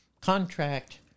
contract